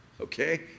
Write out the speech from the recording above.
okay